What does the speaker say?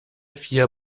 vier